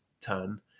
turn